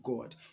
God